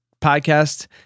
podcast